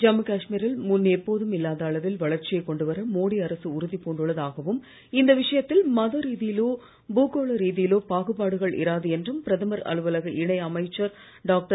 ஜம்மு காஷ்மீரில் முன் எப்பொதும் இல்லாத அளவில் வளர்ச்சியைக் கொண்டுவர மோடி அரசு உறுதி பூண்டுள்ளதாகவும் இந்த விஷயத்தில் மத ரீதியிலோ பூகோள் ரீதியிலோ பாகுபாடுகள் இராது என்றும் பிரதமர் அலுவலக இணை அமைச்சர் டாக்டர்